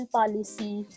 policy